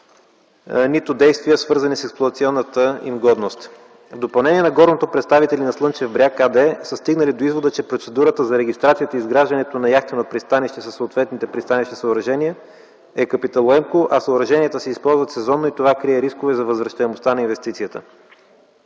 нито действия, свързани с експлоатационната им годност. В допълнение на горното представители на „Слънчев бряг” АД са стигнали до извода, че процедурата за регистрация, изграждане на яхтено пристанище със съответните пристанищни съоръжения е капиталоемко, а съоръжението се използва сезонно и това крие рискове за възвръщаемостта на инвестицията.